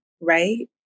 Right